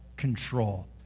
control